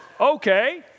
okay